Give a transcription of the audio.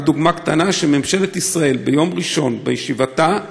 רק דוגמה קטנה: שממשלת ישראל ביום ראשון בישיבתה,